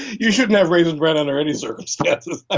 you should never even bread under any circumstances ah